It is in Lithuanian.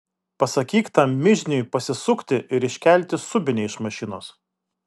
pasakyk tam mižniui pasisukti ir iškelti subinę iš mašinos